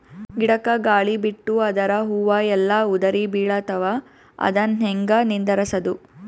ಗಿಡಕ, ಗಾಳಿ ಬಿಟ್ಟು ಅದರ ಹೂವ ಎಲ್ಲಾ ಉದುರಿಬೀಳತಾವ, ಅದನ್ ಹೆಂಗ ನಿಂದರಸದು?